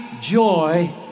joy